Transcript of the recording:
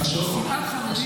שנאת חרדים,